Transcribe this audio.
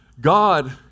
God